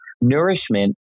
nourishment